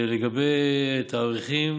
לגבי תאריכים,